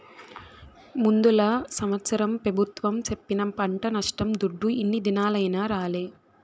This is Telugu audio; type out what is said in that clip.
ముందల సంవత్సరం పెబుత్వం సెప్పిన పంట నష్టం దుడ్డు ఇన్ని దినాలైనా రాలే